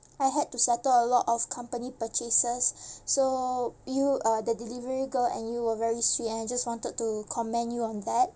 I had to settle a lot of company purchases so you uh the delivery girl and you were very sweet and I just wanted to commend you on that